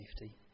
safety